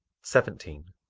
seventeen.